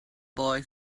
boy